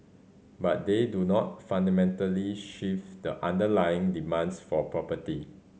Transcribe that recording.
but they do not fundamentally shift the underlying demands for property